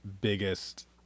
biggest